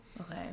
Okay